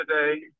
today